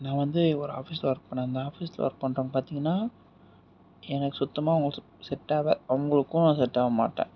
நான் வந்து ஒரு ஆஃபீஸில் ஒர்க் பண்ணன் அந்த ஆஃபீஸில் ஒர்க் பண்றப்போ பார்த்திங்னா எனக்கு சுத்தமாக செட்டாவ அவங்குளுக்கும் செட்டாவ மாட்டேன்